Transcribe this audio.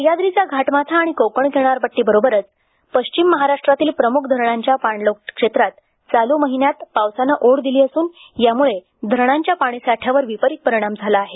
सह्याद्रीचा घाटमाथा आणि कोंकण किनारपट्रीबरोबरच पश्चिम महाराष्ट्रातील प्रमुख धरणांच्या पाणलोट क्षेत्रात चालू महिन्यात पावसाने ओढ दिली असून त्यामुळं धरणाच्या पाणी साठयावर विपरीत परिणाम झाला आहे